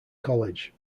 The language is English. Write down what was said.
college